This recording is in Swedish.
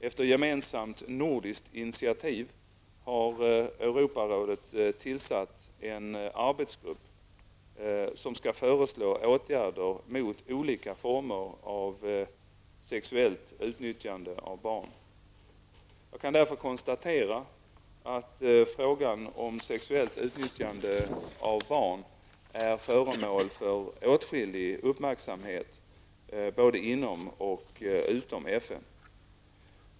Efter gemensamt nordiskt initiativ har Jag kan därför konstatera att frågan om sexuellt utnyttjande av barn är föremål för åtskillig uppmärksamhet både inom och utom FN.